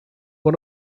one